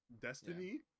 Destiny